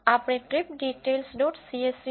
આપણે trip details dot સીએસવીtripDetails